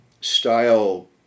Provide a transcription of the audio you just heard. style